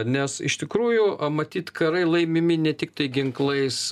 nes iš tikrųjų matyt karai laimimi ne tiktai ginklais